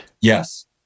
yes